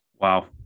Wow